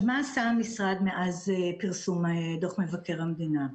מה עשה המשרד מאז פרסום דוח מבקר המדינה.